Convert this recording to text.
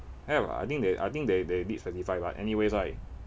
have I think they I think they they did specify but anyways right